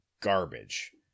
garbage